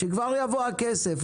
שכבר יבוא הכסף,